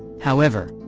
however,